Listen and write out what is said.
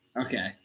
Okay